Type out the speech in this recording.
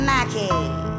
Mackie